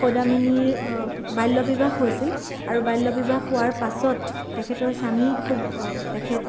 সৌদামিনীৰ বাল্য বিবাহ হৈছিল আৰু বাল্য বিবাহ হোৱাৰ পাছত তেখেতৰ স্বামী খুব তেখেত